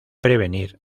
prevenir